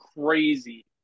crazy